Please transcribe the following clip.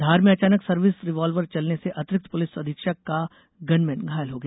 धार में अचानक service revolver चलने से अतिरिक्त पुलिस अधीक्षक का गनमेन घायल हो गया